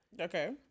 Okay